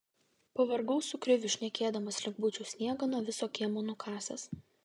pavargau su kriviu šnekėdamas lyg būčiau sniegą nuo viso kiemo nukasęs